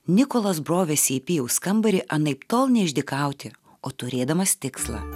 nikolas brovėsi į pijaus kambarį anaiptol neišdykauti o turėdamas tikslą